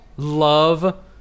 Love